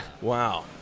Wow